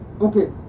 Okay